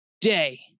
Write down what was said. day